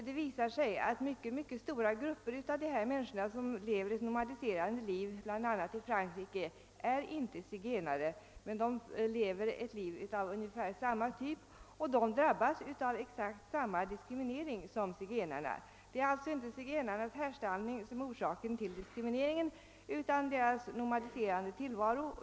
Det visar sig att mycket stora grupper av de människor som för ett nomadiserande liv bl.a. i Frankrike inte är zigenare, men de lever på ungefär samma sätt som zigenarna och drabbas av exakt samma diskriminering. Det är alltså inte zigenarnas härstamning som är orsaken till diskrimineringen utan deras nomadiserande tillvaro.